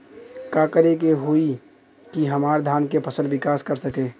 का करे होई की हमार धान के फसल विकास कर सके?